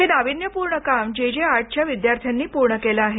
हे नाविन्यपूर्ण काम जे जे आर्टच्या विद्यार्थ्यांनी पूर्ण केलं आहे